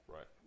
Right